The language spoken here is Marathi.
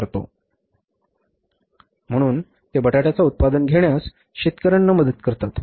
म्हणून ते बटाट्याचा उत्पादन घेण्यास शेतकर्यांना मदत करतात